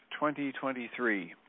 2023